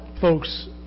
folks